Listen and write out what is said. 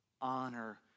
honor